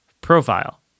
profile